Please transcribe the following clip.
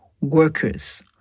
workers